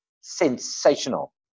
sensational